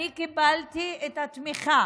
אני קיבלתי את התמיכה